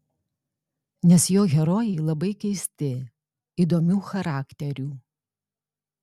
nes jo herojai labai keisti įdomių charakterių